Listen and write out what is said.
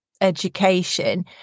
education